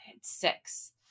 six